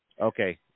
Okay